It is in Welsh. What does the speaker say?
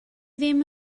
ddim